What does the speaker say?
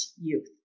youth